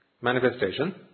manifestation